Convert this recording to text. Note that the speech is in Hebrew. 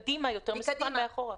קדימה יותר מסוכן מאחורה.